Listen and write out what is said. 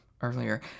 earlier